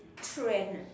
trend ah